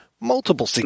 Multiple